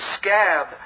scab